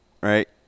right